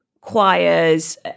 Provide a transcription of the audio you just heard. choirs